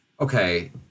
Okay